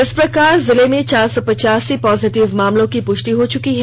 इस प्रकार जिले में चार सौ पचासी पॉजिटिव मामलों की पुष्टि हो चुकी है